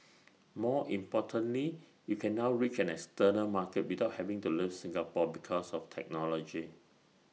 more importantly you can now reach an external market without having to leave Singapore because of technology